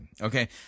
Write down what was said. okay